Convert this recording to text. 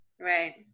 Right